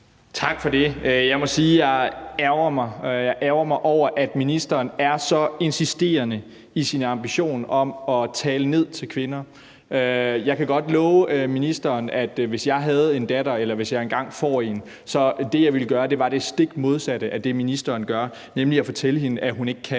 ærgrer mig. Jeg ærgrer mig over, at ministeren er så insisterende i sin ambition om at tale ned til kvinder. Jeg kan godt love ministeren, at hvis jeg havde en datter eller engang får en, så var det, jeg ville gøre, det stik modsatte af det, ministeren gør, nemlig at fortælle hende, at hun ikke kan,